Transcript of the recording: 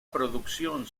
producción